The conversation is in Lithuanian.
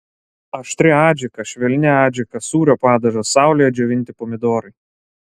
aštri adžika švelni adžika sūrio padažas saulėje džiovinti pomidorai